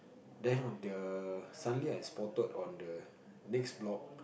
then on the suddenly I spotted on the next block